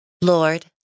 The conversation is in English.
Lord